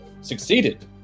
succeeded